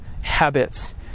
habits